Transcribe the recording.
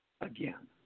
again